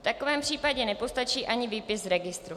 V takovém případě nepostačí ani výpis z registru.